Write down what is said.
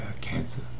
cancer